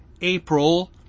April